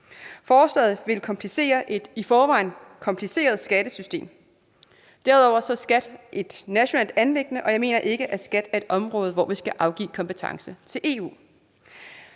Forslaget vil komplicere et i forvejen kompliceret skattesystem. Derudover er skat et nationalt anliggende, og jeg mener ikke, at skat er et område, hvor vi skal afgive kompetence til EU.